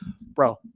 Bro